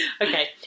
okay